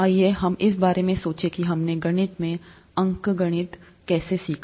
आइए हम इस बारे में सोचें कि हमने गणित में अंकगणित कैसे सीखा